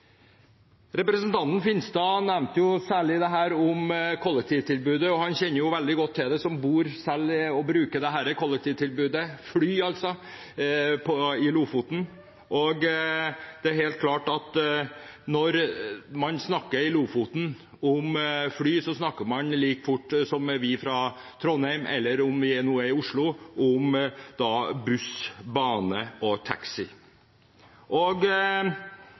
Representanten Finstad nevnte særlig dette om kollektivtilbudet, og han kjenner veldig godt til det, som selv bor i Lofoten og bruker flytilbudet. Det er helt klart at når man i Lofoten snakker om fly, er det det samme som når vi fra Trondheim eller Oslo snakker om buss, bane eller taxi. I flere distrikter i Norge er fly faktisk det eneste tilbudet for å bli fraktet til et annet område. Det er